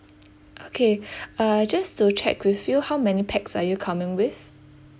okay uh just to check with you how many pax are you coming with